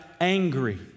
angry